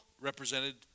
represented